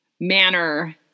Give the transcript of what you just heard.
manner